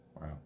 Wow